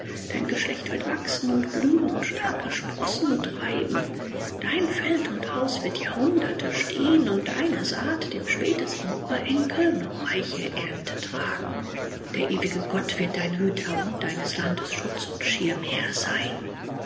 dein geschlecht wird wachsen und blühen und starke sprossen treiben dein feld und haus wird jahrhunderte stehen und deine saat dem spätesten urenkel noch reiche ernte tragen der ewige gott wird dein hüter und deines landes schutz und schirmherr sein